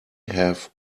have